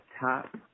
top